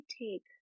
take